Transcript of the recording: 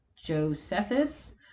Josephus